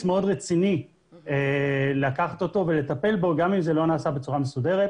מאוד רציני לקחת אותו ולטפל בו גם אם זה לא נעשה בצורה מסודרת.